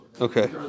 Okay